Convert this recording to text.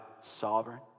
sovereign